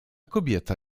kobieta